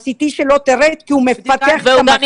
ה- CTשלו ירד כי הוא מפתח את המחלה.